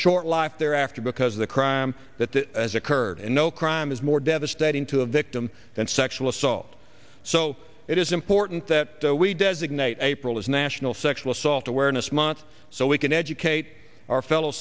short life they're after because the crime that the as occurred in no crime is more devastating to a victim and sexual assault so it is important that we designate april as national sexual assault awareness month so we can educate our fellow